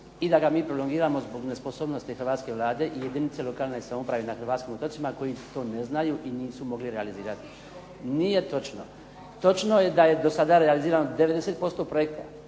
i da ga mi prolongiramo zbog nesposobnosti hrvatske Vlade i jedinice lokalne samouprave na hrvatskim otocima koji to ne znaju i nisu mogli realizirati. … /Upadica se ne razumije./… Nije točno. Točno je da je do sada realizirano 90% projekta,